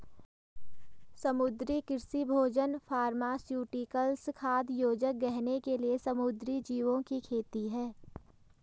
समुद्री कृषि भोजन फार्मास्यूटिकल्स, खाद्य योजक, गहने के लिए समुद्री जीवों की खेती है